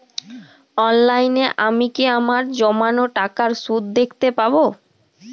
অনলাইনে আমি কি আমার জমানো টাকার সুদ দেখতে পবো?